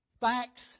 facts